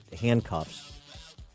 handcuffs